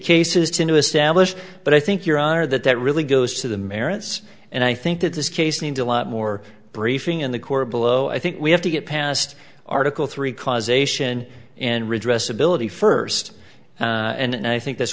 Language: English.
is to establish but i think your honor that that really goes to the merits and i think that this case needs a lot more briefing in the court below i think we have to get past article three causation and redress ability first and i think that's